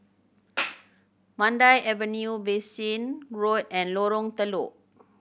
Mandai Avenue Bassein Road and Lorong Telok